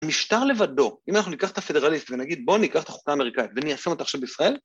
משטר לבדו, אם אנחנו ניקח את הפדרליסט ונגיד בואו ניקח את החוקה האמריקאית וניישם אותה עכשיו בישראל